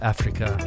Africa